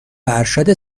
ارشد